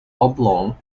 oblong